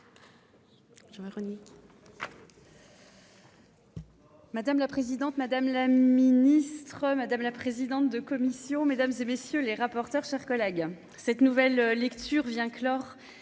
Madame la présidente, madame la ministre, madame la présidente de commission, mesdames et messieurs les rapporteurs, chers collègues, cette nouvelle lecture vient clore